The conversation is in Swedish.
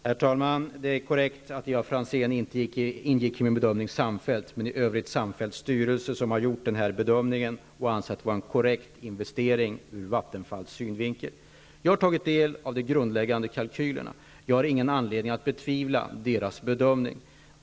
Herr talman! Det är korrekt att Ivar Franzén inte inbegreps då jag använde ordet samfällt. Men i övrigt har styrelsen samfällt gjort denna bedömning och ansett att investeringen har varit korrekt. Jag har tagit del av de grundläggande kalkylerna, och jag har ingen anledning att betvivla styrelsens bedömning.